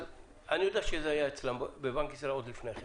אבל אני יודע שזה היה בבנק ישראל עוד לפני כן.